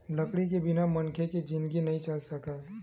लकड़ी के बिना मनखे के जिनगी नइ चल सकय